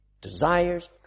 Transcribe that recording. desires